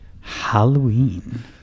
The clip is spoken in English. Halloween